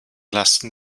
lasten